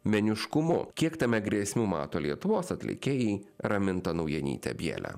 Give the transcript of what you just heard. meniškumu kiek tame grėsmių mato lietuvos atlikėjai raminta naujanytė bjele